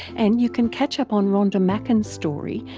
and you can catch up on rhonda macken's story,